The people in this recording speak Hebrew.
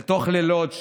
לתוך לילות,